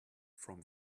from